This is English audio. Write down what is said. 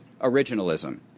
originalism